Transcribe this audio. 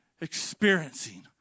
experiencing